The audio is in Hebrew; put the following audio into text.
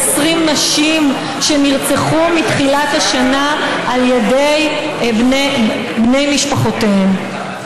20 נשים שנרצחו מתחילת השנה על ידי בני משפחותיהן,